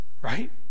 Right